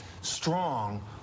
strong